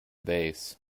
base